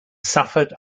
suffered